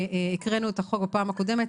הקראנו את החוק בפעם הקודמת,